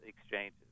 exchanges